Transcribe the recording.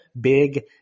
big